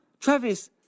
Travis